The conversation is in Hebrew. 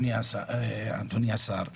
אדוני השר,